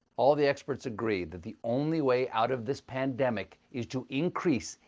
all the experts agree that the only way out of this pandemic is to increase,